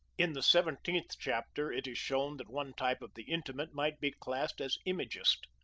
in the seventeenth chapter it is shown that one type of the intimate might be classed as imagist.